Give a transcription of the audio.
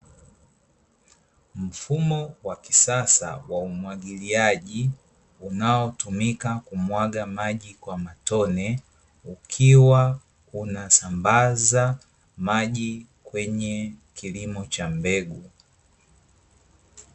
Mfumo wa kisasa wa umwagiliaji, unaotumika kumwaga maji kwa kwa matone, ukiwa unasambaza maji kwenye kilimo cha mbegu.